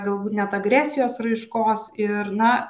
galbūt net agresijos raiškos ir na